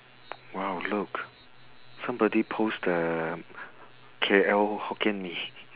!wow! look somebody post the K_L hokkien mee